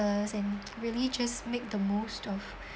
and really just make the most of